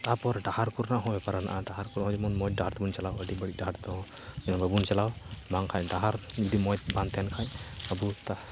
ᱛᱟᱯᱚᱨ ᱰᱟᱦᱟᱨ ᱠᱚᱨᱮᱱᱟᱜ ᱦᱚᱸ ᱵᱮᱯᱟᱨ ᱦᱮᱱᱟᱜᱼᱟ ᱰᱟᱦᱟᱨᱠᱚ ᱡᱮᱢᱚᱱ ᱢᱚᱡᱽ ᱰᱟᱦᱟᱨᱛᱮ ᱵᱚᱱ ᱪᱟᱞᱟᱣ ᱟᱹᱰᱤ ᱵᱟᱹᱲᱤᱡ ᱰᱟᱦᱟᱨᱛᱮ ᱫᱚ ᱡᱮᱢᱚᱱ ᱵᱟᱵᱚᱱ ᱪᱟᱞᱟᱣ ᱵᱟᱝ ᱠᱷᱟᱡ ᱰᱟᱦᱟᱨ ᱟᱹᱰᱤ ᱢᱚᱡᱽ ᱵᱟᱝ ᱛᱟᱦᱮᱱ ᱠᱷᱟᱱ ᱟᱹᱵᱩ